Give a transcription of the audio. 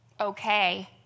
okay